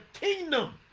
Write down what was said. kingdom